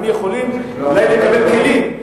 הם יכולים אולי לקבל כלים,